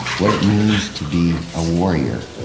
what it means to be a warrior,